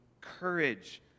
courage